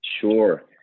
Sure